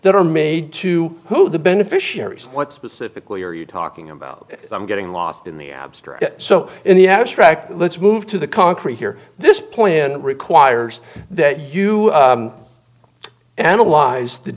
that are made to who the beneficiaries what specifically are you talking about i'm getting lost in the abstract so in the abstract let's move to the concrete here this planet requires that you are analyze the